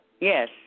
Yes